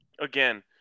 again